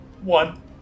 One